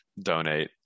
donate